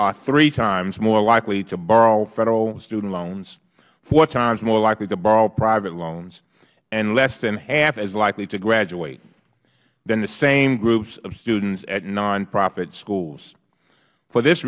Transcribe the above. are three times more likely to borrow federal student loans four times more likely to borrow private loans and less than half as likely to graduate than the same groups of students at nonprofit schools for this